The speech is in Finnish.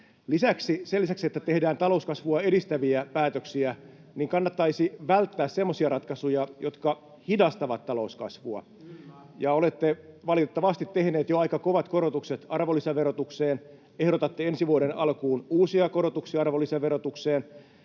lisäksi, että tehdään talouskasvua edistäviä päätöksiä, kannattaisi välttää semmoisia ratkaisuja, jotka hidastavat talouskasvua. Olette valitettavasti tehneet jo aika kovat korotukset arvonlisäverotukseen, ehdotatte ensi vuoden alkuun uusia korotuksia arvonlisäverotukseen,